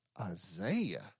Isaiah